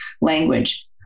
language